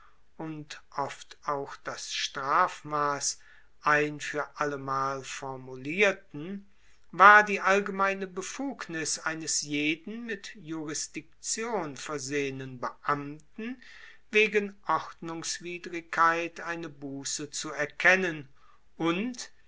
und oft auch das strafmass ein fuer allemal formulierten war die allgemeine befugnis eines jeden mit jurisdiktion versehenen beamten wegen ordnungswidrigkeit eine busse zu erkennen und